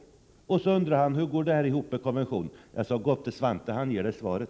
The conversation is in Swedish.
Jag sade: Gå upp till Svante! Han ger dig svaret.